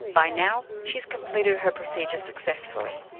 by now she's completed her procedure successfully.